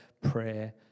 prayer